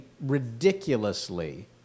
ridiculously